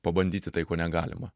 pabandyti tai ko negalima